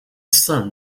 son